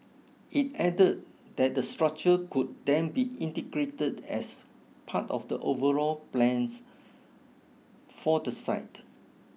it add that the structure could then be integrated as part of the overall plans for the site